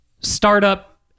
startup